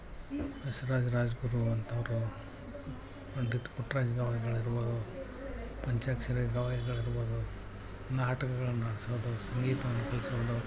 ಬಸವರಾಜ್ ರಾಜಗುರು ಅಂಥವ್ರು ಪಂಡಿತ್ ಪುಟ್ರಾಜ ಗವಾಯಿಗಳಿರ್ಬೋದು ಪಂಚಾಕ್ಷರಿ ಗವಾಯಿಗಳಿರ್ಬೋದು ನಾಟಕಗಳನ್ನು ಸಂಗೀತವನ್ನು ಕಲಿಸ್ಕೊಂಡು